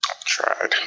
Tried